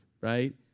right